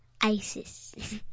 Isis